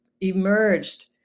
emerged